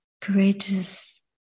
courageous